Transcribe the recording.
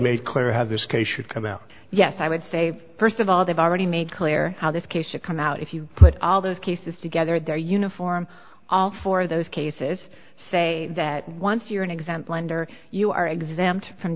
case should come out yes i would say first of all they've already made clear how this case should come out if you put all those cases together their uniform all four of those cases say that once you're an exempt lender you are exempt from